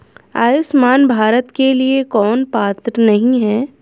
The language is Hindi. आयुष्मान भारत के लिए कौन पात्र नहीं है?